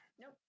Nope